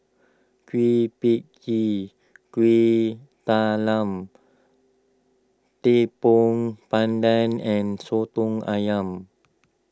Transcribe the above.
Kueh Pie Tee Kueh Talam Tepong Pandan and Soto Ayam